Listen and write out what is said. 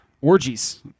Orgies